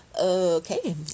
Okay